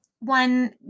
one